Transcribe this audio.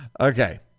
okay